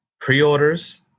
pre-orders